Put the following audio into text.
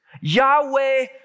Yahweh